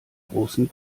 großen